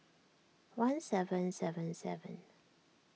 one seven seven seven